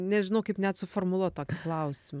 nežinau kaip net suformuluot tą klausimą